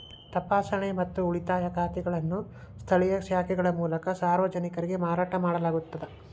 ತಪಾಸಣೆ ಮತ್ತು ಉಳಿತಾಯ ಖಾತೆಗಳನ್ನು ಸ್ಥಳೇಯ ಶಾಖೆಗಳ ಮೂಲಕ ಸಾರ್ವಜನಿಕರಿಗೆ ಮಾರಾಟ ಮಾಡಲಾಗುತ್ತದ